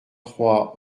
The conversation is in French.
trois